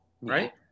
Right